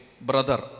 brother